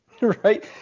right